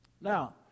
Now